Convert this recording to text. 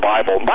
Bible